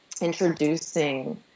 introducing